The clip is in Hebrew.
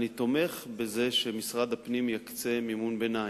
אני תומך בזה שמשרד הפנים יקצה מימון ביניים.